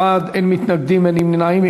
34 בעד, אין מתנגדים ואין נמנעים.